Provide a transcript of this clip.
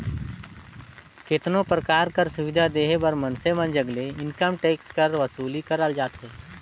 केतनो परकार कर सुबिधा देहे बर मइनसे मन जग ले इनकम टेक्स कर बसूली करल जाथे